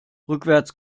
rückwärts